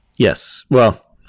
yes. well,